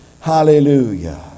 Hallelujah